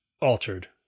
altered